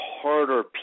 harder